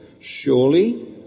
Surely